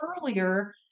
earlier